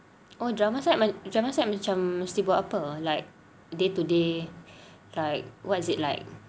oh drama side drama side macam buat apa like day to day like what is it like